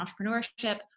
entrepreneurship